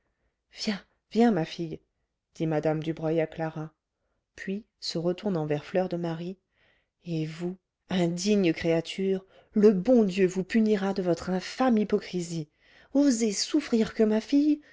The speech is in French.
viens viens ma fille dit mme dubreuil à clara puis se retournant vers fleur de marie et vous indigne créature le bon dieu vous punira de votre infâme hypocrisie oser souffrir que ma fille